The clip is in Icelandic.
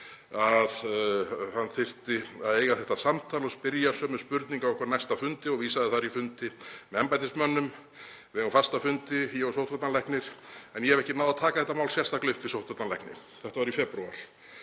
að hann þyrfti að „eiga þetta samtal og spyrja sömu spurninga á okkar næsta fundi,“ — og vísaði þar í fundi með embættismönnum — „við eigum fasta fundi, ég og sóttvarnalæknir, en ég hef ekki náð að taka þetta mál sérstaklega upp við sóttvarnalækni.“ Þetta var í febrúar.